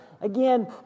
Again